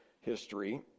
history